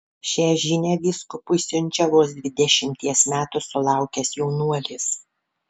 šią žinią vyskupui siunčia vos dvidešimties metų sulaukęs jaunuolis